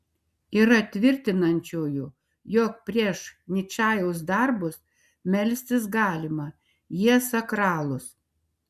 yra tvirtinančiųjų jog prieš ničajaus darbus melstis galima jie sakralūs